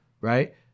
right